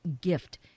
gift